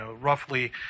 roughly